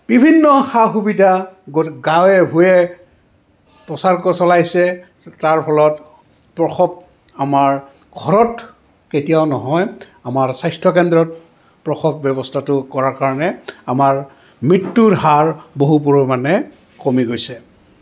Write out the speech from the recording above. বিভিন্ন সা সুবিধা গাঁৱে ভূঞে প্ৰচাৰ চলাইছে তাৰ ফলত প্ৰসৱ আমাৰ ঘৰত কেতিয়াও নহয় আমাৰ স্বাস্থ্যকেন্দ্ৰত প্ৰসৱ ব্যৱস্থাটো কৰাৰ কাৰণে আমাৰ মৃত্যুৰ হাৰ বহু পৰিমাণে কমি গৈছে